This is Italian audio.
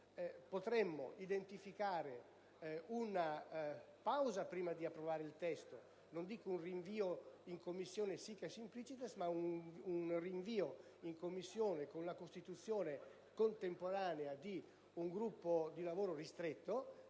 potremmo identificare una pausa prima di approvare il testo. Non intendo un rinvio in Commissione *sic et simpliciter*, ma un rinvio in Commissione con la contemporanea costituzione di un gruppo di lavoro ristretto,